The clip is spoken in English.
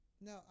No